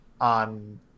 on